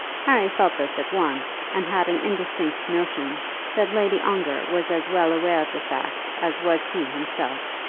harry felt this at once, and had an indistinct notion that lady ongar was as well aware of the fact as was he himself.